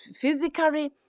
physically